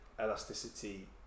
elasticity